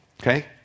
Okay